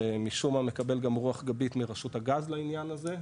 שמשום מה מקבל גם רוח גבית מרשות הגז לעניין הזה,